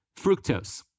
fructose